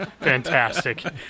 fantastic